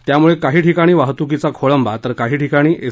त्यामुळे काही ठिकाणी वाहतुकीचा खोळंबा तर काही ठिकाणी एस